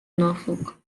norfolk